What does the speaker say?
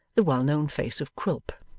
the well-known face of quilp.